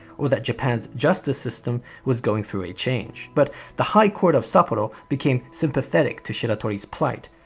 or that japan's justice system was going through a change. but the high court of sapporo became sympathetic to shiratori's plight.